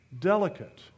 delicate